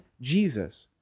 Jesus